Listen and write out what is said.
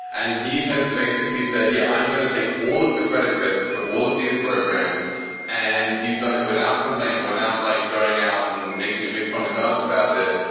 and he has basically said, yeah, i'm going to take all of the credit risk for all of these programs and he's done it without complaint and without like going out and making a big song and dance about it.